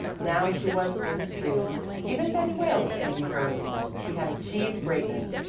now she was in the stream even betty wales envied her she had achieved greatness.